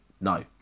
No